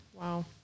Wow